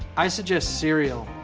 i suggest cereal